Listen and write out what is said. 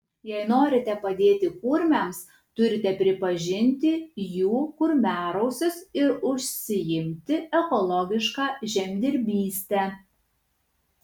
jei norite padėti kurmiams turite pripažinti jų kurmiarausius ir užsiimti ekologiška žemdirbyste